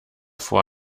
vor